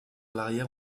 l’arrière